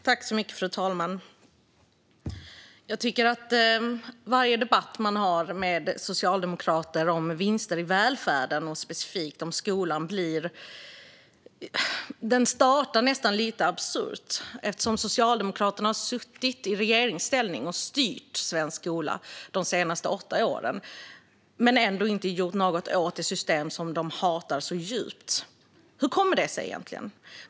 Fru talman! Varje debatt man har med socialdemokrater om vinster i välfärden, och specifikt om skolan, startar nästan lite absurt. Socialdemokraterna har suttit i regeringsställning och styrt svensk skola de senaste åtta åren men har ändå inte gjort något åt det system som de hatar så djupt. Hur kommer det sig egentligen?